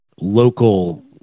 local